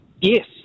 Yes